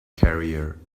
career